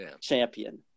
champion